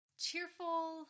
cheerful